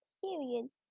periods